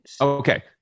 Okay